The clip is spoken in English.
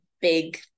big